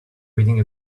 reading